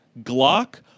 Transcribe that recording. Glock